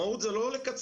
המהות זה לא לקצר,